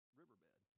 riverbed